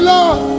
Lord